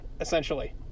essentially